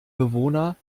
bewohner